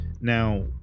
Now